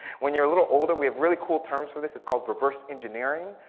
when you're a little older, we have really cool terms for this. it's called reverse engineering.